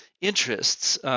interests